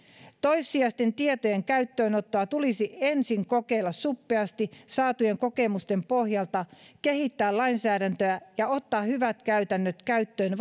toissijaisten tietojen käyttöönottoa tulisi ensin kokeilla suppeasti saatujen kokemusten pohjalta kehittää lainsäädäntöä ja ottaa hyvät käytännöt käyttöön